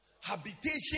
Habitation